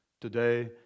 today